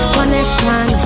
Connection